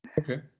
Okay